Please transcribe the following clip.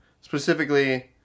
Specifically